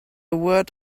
word